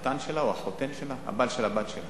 אלא הבעל של הבת שלה